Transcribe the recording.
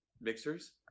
mixers